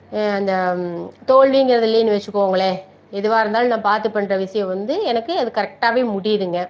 அந்த தோல்விங்கிறது இல்லைன்னு வச்சுக்கோங்களேன் எதுவாக இருந்தாலும் நான் பார்த்து பண்ணுற விஷயம் வந்து எனக்கு அது கரெக்டாகவே முடியுதுங்க